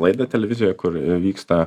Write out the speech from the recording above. laidą televizijoj kur vyksta